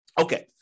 Okay